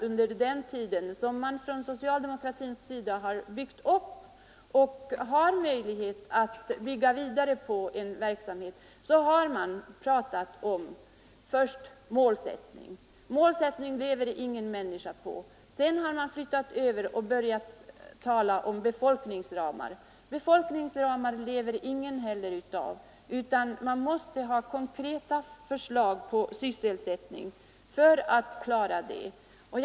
Under den tid då man från socialdemokratisk sida har byggt upp en verksamhet med möjlighet att bygga vidare på den, har centerpartiet först pratat om målsättning. Målsättning lever ingen människa på. Sedan har man börjat tala om befolkningsramar. Befolkningsramar lever heller ingen av — man måste ha konkreta förslag till sysselsättning för att fylla dessa ramar.